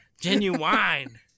Genuine